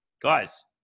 guys